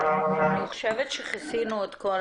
אני רואה שכמעט כיסינו את כל